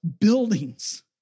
buildings